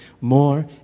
more